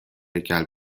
هیکل